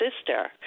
sister